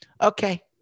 Okay